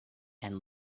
and